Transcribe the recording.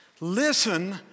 listen